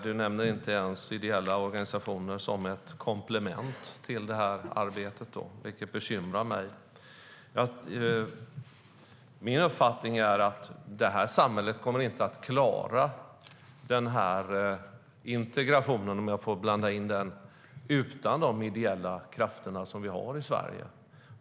Du nämner inte ens ideella organisationer som ett komplement till detta arbete, Yilmaz, vilket bekymrar mig. Min uppfattning är att vårt samhälle inte kommer att klara integrationen utan de ideella krafter vi har i Sverige.